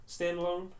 standalone